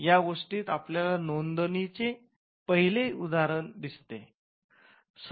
या गोष्टीत आपल्याला नोंदणीचे पहिले उदाहरण दिसते